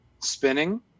spinning